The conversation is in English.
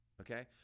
Okay